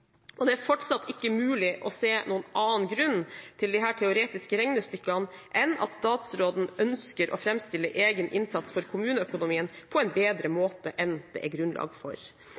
handlingsrom. Det er fortsatt ikke mulig å se noen annen grunn til disse teoretiske regnestykkene enn at statsråden ønsker å framstille egen innsats for kommuneøkonomien på en bedre måte enn det er grunnlag for.